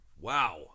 Wow